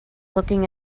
looking